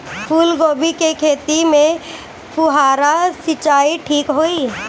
फूल गोभी के खेती में फुहारा सिंचाई ठीक होई?